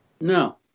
No